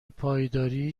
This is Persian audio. پایداری